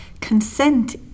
consent